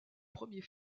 premier